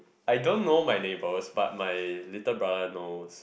I don't know my neighbours but my little brother knows